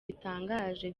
bitangaje